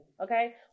Okay